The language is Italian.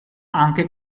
anche